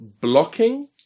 blocking